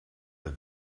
der